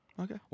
Okay